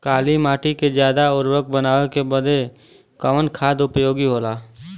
काली माटी के ज्यादा उर्वरक बनावे के बदे कवन खाद उपयोगी होला?